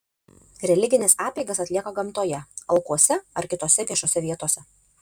religines apeigas atlieka gamtoje alkuose ar kitose viešose vietose